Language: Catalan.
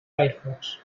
firefox